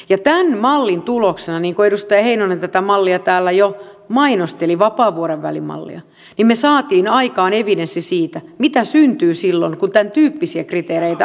tämän mallin tuloksena niin kuin edustaja heinonen tätä mallia täällä jo mainosteli vapaavuoren välimallia me saimme aikaan evidenssin siitä mitä syntyy silloin kun tämäntyyppisiä kriteereitä otetaan käyttöön